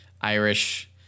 Irish